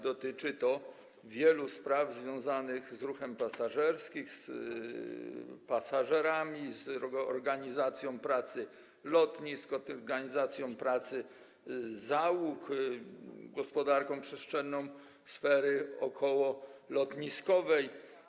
Dotyczy to wielu spraw związanych z ruchem pasażerskim, z pasażerami, z organizacją pracy lotnisk, z organizacją pracy załóg, z gospodarką przestrzenną sfery okołolotniskowej.